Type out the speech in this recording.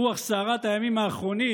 ברוח סערת הימים האחרונים,